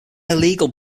illegal